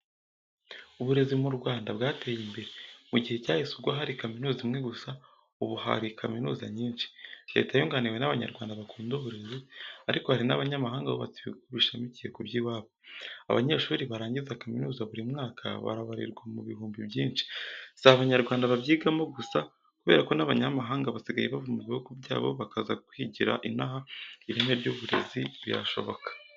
Uburezi mu Rwanda bwateye imbere mu gihe cyahise ubwo hari kaminuza imwe gusa, ubu hari kaminuza nyinshi. Leta yunganiwe n'Abanyarwanda bakunda uburezi, ariko hari n'abanyamahanga bubatse ibigo bishamikiye ku by'iwabo. Abanyeshuri barangiza kaminuza buri mwaka barabarirwa mu bihumbi byinshi. Si Abanyarwanda babyigiramo gusa kubera ko n'abanyamahanga basigaye bava mu bihugu byabo bakaza kwigira inaha. Ireme ry'uburezi? Birashoboka.